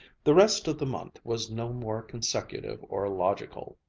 the rest of the month was no more consecutive or logical.